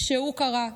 שהוא קרע,